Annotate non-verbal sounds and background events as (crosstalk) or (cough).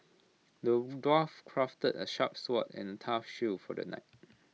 the (unintelligible) dwarf crafted A sharp sword and A tough shield for the knight